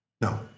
No